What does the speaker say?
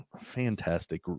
fantastic